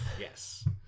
Yes